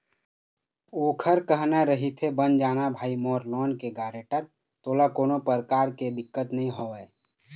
ओखर कहना रहिथे बन जाना भाई मोर लोन के गारेंटर तोला कोनो परकार के दिक्कत नइ होवय